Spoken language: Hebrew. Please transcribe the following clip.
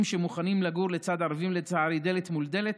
שמוכנים לגור לצד ערבים דלת מול דלת,